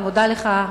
אני מודה לך,